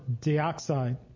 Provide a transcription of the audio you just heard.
dioxide